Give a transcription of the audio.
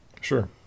Sure